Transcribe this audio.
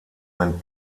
ein